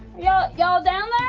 yeah y'all down there?